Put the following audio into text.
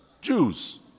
Jews